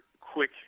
quick